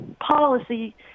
policy